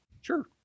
Sure